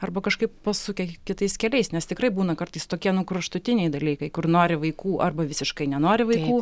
arba kažkaip pasukę kitais keliais nes tikrai būna kartais tokie nu kraštutiniai dalykai kur nori vaikų arba visiškai nenori vaikų